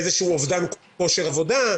מאובדן כושר עבודה,